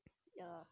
ya